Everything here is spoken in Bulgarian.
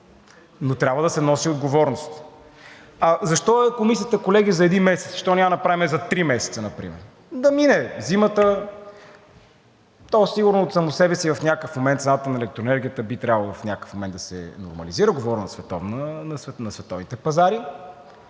но трябва да се носи отговорност. А защо, колеги, Комисията е за един месец? Защо не я направим за три месеца например? Да мине зимата, то сигурно от само себе си в някакъв момент цената на електроенергията би трябвало да се нормализира, говоря на световните пазари,